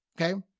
okay